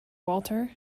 walter